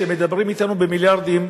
כשמדברים אתנו במיליארדים,